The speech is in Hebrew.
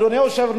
אדוני היושב-ראש,